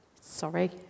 Sorry